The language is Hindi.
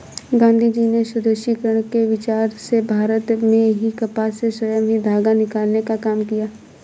गाँधीजी ने स्वदेशीकरण के विचार से भारत में ही कपास से स्वयं ही धागा निकालने का काम किया